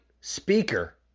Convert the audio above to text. speaker